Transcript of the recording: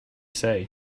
say